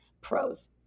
pros